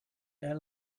their